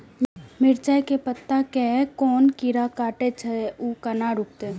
मिरचाय के पत्ता के कोन कीरा कटे छे ऊ केना रुकते?